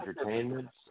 entertainments